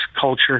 culture